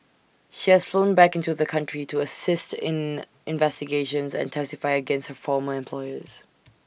she has flown back into the country to assist in investigations and testify against her former employers